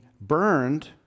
burned